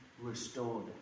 Restored